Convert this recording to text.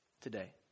Today